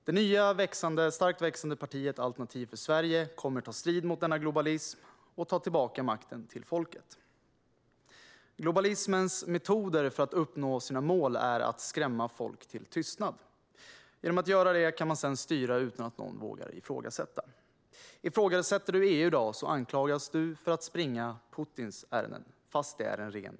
Det nya starkt växande partiet Alternativ för Sverige kommer att ta strid mot denna globalism och ta tillbaka makten till folket. Globalismens metoder för att uppnå sina mål är att skrämma folk till tystnad så att man sedan kan styra utan att någon vågar ifrågasätta. Den som i dag ifrågasätter EU anklagas för att springa Putins ärenden fast det är ren lögn.